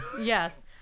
Yes